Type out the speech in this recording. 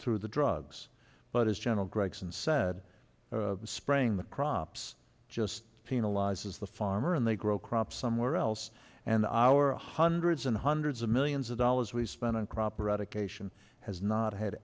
through the drugs but as general gregson said spraying the crops just penalizes the farmer and they grow crops somewhere else and our hundreds and hundreds of millions of dollars we spend on proper education has not had